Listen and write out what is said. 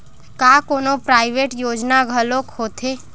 का कोनो प्राइवेट योजना घलोक होथे?